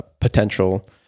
potential